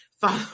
Follow